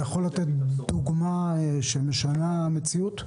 אתה יכול לתת דוגמה שמשנה מציאות?